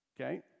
Okay